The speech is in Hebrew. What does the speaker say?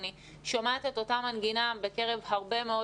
אני שומעת את אותה מנגינה בקרב הרבה מאוד